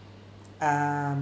um